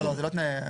לא, זה לא תנאי קבלה.